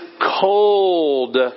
cold